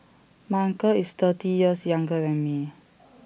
my uncle is thirty years younger than me